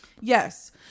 Yes